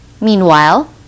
Meanwhile